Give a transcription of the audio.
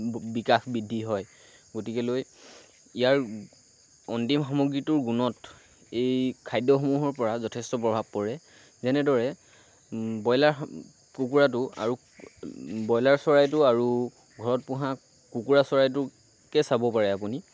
বিকাশ বৃদ্ধি হয় গতিকেলৈ ইয়াৰ অন্তিম সামগ্ৰীটোৰ গুণত এই খাদ্যসমূহৰ পৰা যথেষ্ট প্ৰভাৱ পৰে যেনেদৰে ব্ৰইলাৰ কুকুৰাটো আৰু ব্ৰইলাৰ চৰাইটো আৰু ঘৰত পোহা কুকুৰা চৰাইটোকে চাব পাৰে আপুনি